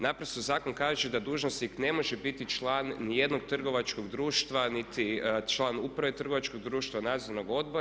Naprosto zakon kaže da dužnosnik ne može biti član niti jednog trgovačkog društva niti član uprave trgovačkog društva nadzornog odbor.